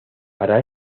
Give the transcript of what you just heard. para